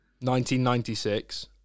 1996